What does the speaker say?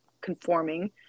conforming